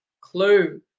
clue